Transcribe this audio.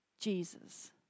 Jesus